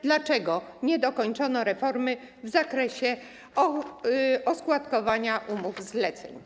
Dlaczego nie dokończono reformy w zakresie oskładkowania umów zleceń?